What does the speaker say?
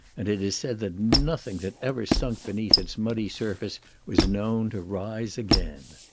and it is said that nothing that ever sunk beneath its muddy surface was known to rise again.